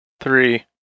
three